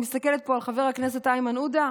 אני מסתכלת פה על חבר הכנסת איימן עודה,